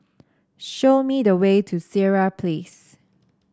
show me the way to Sireh Place